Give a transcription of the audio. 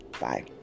Bye